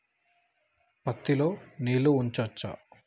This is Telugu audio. పత్తి లో నీళ్లు ఉంచచ్చా?